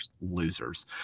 losers